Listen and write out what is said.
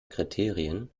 kriterien